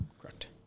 Correct